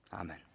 Amen